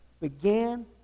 began